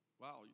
Wow